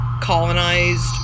Colonized